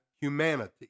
humanity